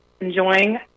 enjoying